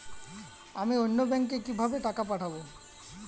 আমি অন্য ব্যাংকে কিভাবে টাকা পাঠাব?